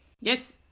Yes